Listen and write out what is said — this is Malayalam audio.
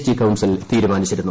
ടി കൌൺസിൽ തീരുമാനിച്ചിരുന്നു